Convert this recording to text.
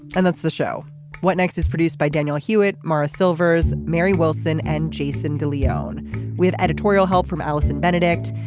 and that's the show what next is produced by daniel hewitt mara silvers mary wilson and jason de leon with editorial help from allison benedict.